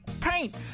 paint